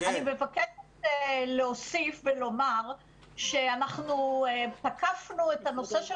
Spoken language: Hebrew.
אני מבקשת להוסיף ולומר שאנחנו תקפנו את הנושא של